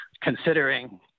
considering